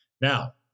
now